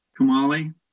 Kamali